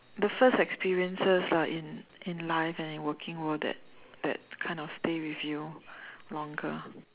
the first experiences lah in in life and in working world that that kind of stay with you longer